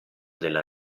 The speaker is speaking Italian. della